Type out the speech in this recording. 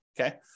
Okay